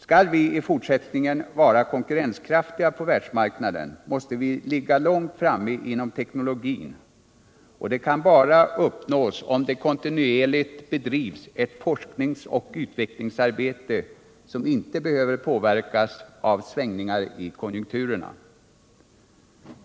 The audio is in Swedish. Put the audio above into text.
Skall vi i fortsättningen vara konkurrenskraftiga på världsmarknaden måste vi ligga långt framme inom teknologin, och det kan bara uppnås om det kontinuerligt bedrivs ett forskningsoch utvecklingsarbete som inte behöver påverkas av svängningar i konjunkturerna.